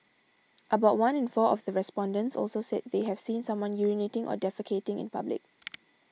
about one in four of the respondents also said they have seen someone urinating or defecating in public